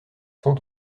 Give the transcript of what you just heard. sont